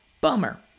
bummer